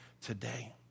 today